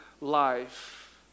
life